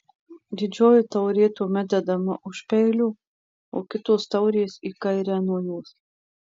didžioji taurė tuomet dedama už peilio o kitos taurės į kairę nuo jos